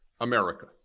America